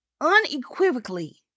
unequivocally